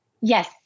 Yes